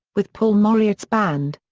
with paul mauriat's band.